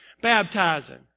baptizing